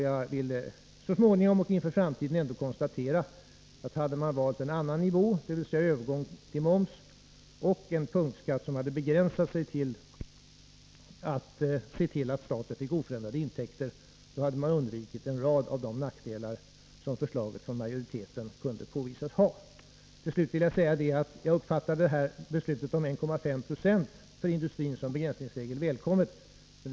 Jag vill ändå inför framtiden konstatera att hade man valt en annan lösning, dvs. övergång till moms och en punktskatt som hade begränsats till att garantera staten oförändrade intäkter, då hade man undvikit en rad av de nackdelar som majoritetens förslag kan påvisas ha. Allra sist vill jag säga att jag uppfattar förslaget om 1,5 96 som begränsningsregel som välkommet inom industrin.